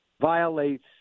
violates